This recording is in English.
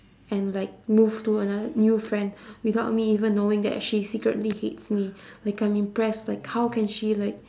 and like move to another new friend without me even knowing that she secretly hates me like I'm impressed like how can she like